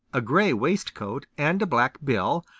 a gray waistcoat and black bill,